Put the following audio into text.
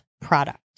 product